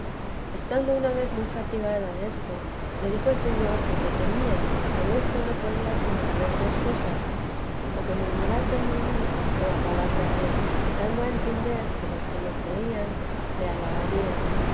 estando una vez muy fatigada desto me dijo el señor que qué temía que en esto no podía sino haber dos cosas oque murmurasen de mí o que alabasen a él dando a entender que los que lo creían le